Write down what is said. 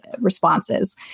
responses